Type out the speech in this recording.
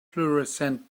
florescent